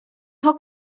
його